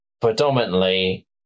predominantly